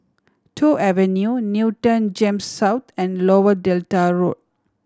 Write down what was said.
Toh Avenue Newton GEMS South and Lower Delta Road